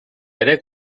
ere